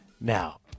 Now